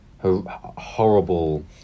Horrible